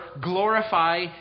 glorify